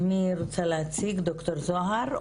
בבקשה גב'